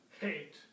hate